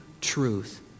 truth